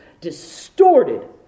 distorted